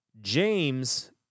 James